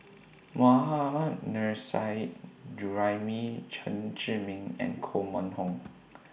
Mohammad Nurrasyid Juraimi Chen Zhiming and Koh Mun Hong